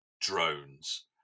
drones